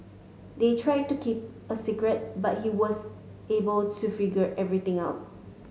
they tried to keep a secret but he was able to figure everything out